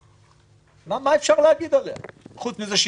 שמה אפשר להגיד עליה חוץ מזה,